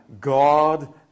God